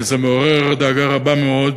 וזה מעורר דאגה רבה מאוד